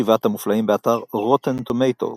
"שבעת המופלאים", באתר Rotten Tomatoes